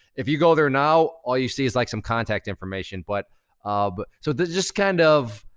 if you go there now, all you see is, like, some contact information. but um so just kind of,